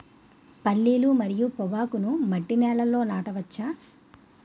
పల్లీలు మరియు పొగాకును మట్టి నేలల్లో నాట వచ్చా?